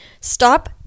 stop